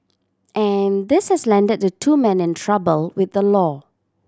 and this has landed the two men in trouble with the law